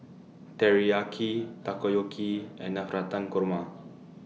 Teriyaki Takoyaki and Navratan Korma